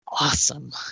Awesome